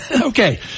Okay